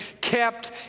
kept